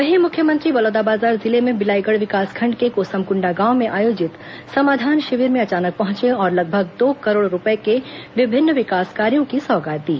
वहीं मुख्यमंत्री बलौदाबाजार जिले में बिलाईगढ विकासखंड के कोसमकुंडा गांव में आयोजित समाधान शिविर में अचानक पहुंचे और लगभग दो करोड़ रूपए के विभिन्न विकास कार्यों की सौगात दी